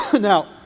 Now